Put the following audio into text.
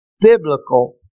biblical